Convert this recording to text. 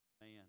man